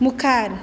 मुखार